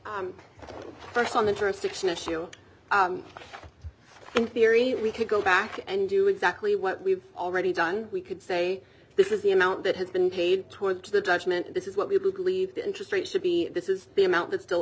you first on the jurisdiction issue in theory we could go back and do exactly what we've already done we could say this is the amount that has been paid towards the judgment this is what we believe the interest rate should be this is the amount that still